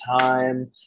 time